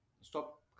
stop